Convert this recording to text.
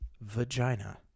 vagina